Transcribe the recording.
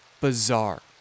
bizarre